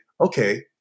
okay